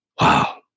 wow